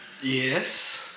yes